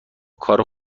کار